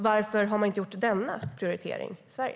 Varför har man inte gjort denna prioritering i Sverige?